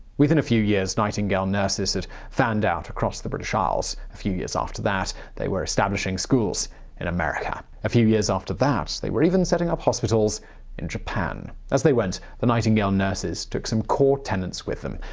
within a few years, nightingale nurses had fanned out across the british ah isles. a few years after that, they were establishing schools in america. a few years after that, they were even setting up hospitals in japan. as they went, the nightingale nurses took some core tenets with them.